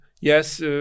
yes